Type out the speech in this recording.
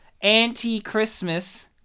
anti-Christmas